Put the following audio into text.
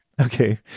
Okay